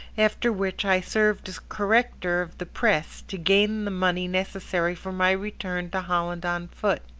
after which i served as corrector of the press to gain the money necessary for my return to holland on foot.